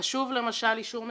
חשוב למשל אישור מסירה.